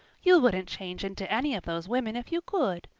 you wouldn't change into any of those women if you could.